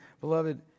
beloved